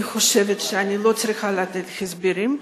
אני חושבת שאני לא צריכה לתת הסברים.